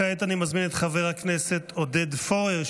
כעת אני מזמין את חבר הכנסת עודד פורר,